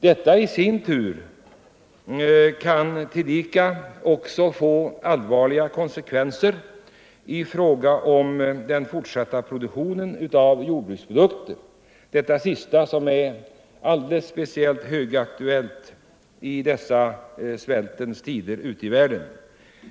Detta i sin tur kan tillika få allvarliga konsekvenser i fråga om den fortsatta framställningen av jordbruksprodukter, vilket är speciellt högaktuellt i dessa svältens tider ute i världen.